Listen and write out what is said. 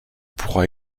pourra